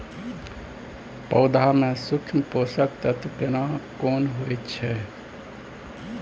पौधा में सूक्ष्म पोषक तत्व केना कोन होय छै?